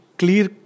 clear